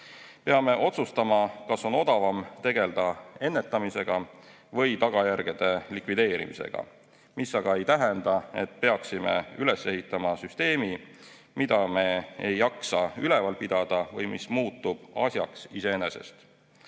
Peame otsustama, kas on odavam tegeleda ennetamisega või tagajärgede likvideerimisega. See aga ei tähenda, et peaksime üles ehitama süsteemi, mida me ei jaksa üleval pidada või mis muutub asjaks iseeneses.